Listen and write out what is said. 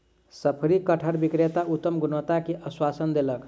शफरी कटहर विक्रेता उत्तम गुणवत्ता के आश्वासन देलक